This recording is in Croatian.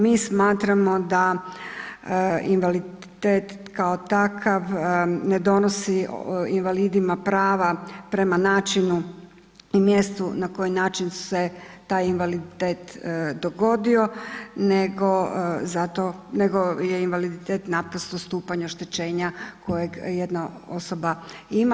Mi smatramo da invaliditet kao takav ne donosi invalidima prava prema načinu i mjestu na koji način se taj invaliditet dogodio nego je invaliditet naprosto stupanj oštećenja kojeg jedna osoba ima.